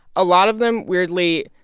a lot of them, weirdly,